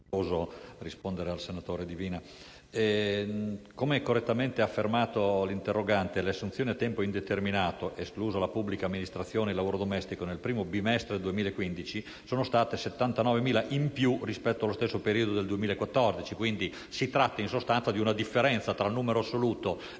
Come ha correttamente affermato l'interrogante, le assunzioni a tempo indeterminato, esclusa la pubblica amministrazione e il lavoro domestico, nel primo bimestre del 2015 sono state 79.000 in più rispetto allo stesso periodo 2014. Si tratta quindi, in sostanza, di una differenza tra il numero assoluto